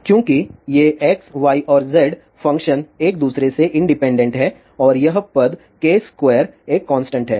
चूंकि ये X Y और Z फ़ंक्शन एक दूसरे से इंडिपेंडेंट हैं और यह पद k2 एक कांस्टेंट है